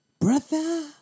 Brother